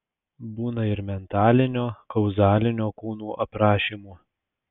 būna ir mentalinio kauzalinio kūnų aprašymų